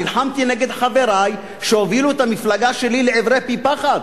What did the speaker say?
נלחמתי נגד חברי שהובילו את המפלגה שלי לעברי פי פחת.